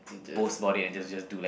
boast about it and just just do like